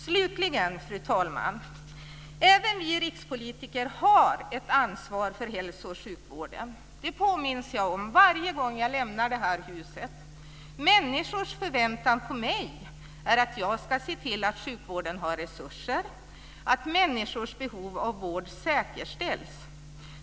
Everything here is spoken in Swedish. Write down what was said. Slutligen vill jag säga att även vi rikspolitiker har ett ansvar för hälso och sjukvården. Det påminns jag om varje gång jag lämnar det här huset. Människors förväntan på mig är att jag ska se till att sjukvården har resurser och att människors behov av vård säkerställs.